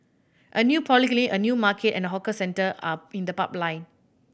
a new polyclinic a new market and hawker centre are in the pipeline